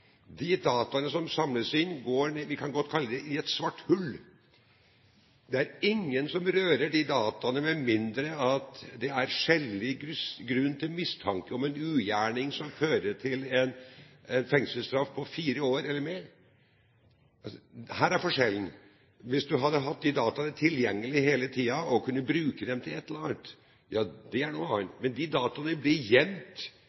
De dataene som samles inn, går i – vi kan godt kalle det – et sort hull. Det er ingen som rører de dataene, med mindre det er skjellig grunn til mistanke om en ugjerning som fører til en fengselsstraff på fire år eller mer. Her er forskjellen: Hvis du hadde hatt de dataene tilgjengelig hele tiden og kunne bruke dem til et eller annet, ja da hadde det vært noe annet.